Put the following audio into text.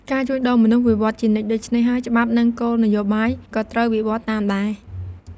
ការជួញដូរមនុស្សវិវត្តន៍ជានិច្ច ដូច្នេះហើយច្បាប់ និងគោលនយោបាយក៏ត្រូវវិវត្តន៍តាមដែរ។